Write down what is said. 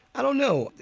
i don't know.